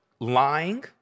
lying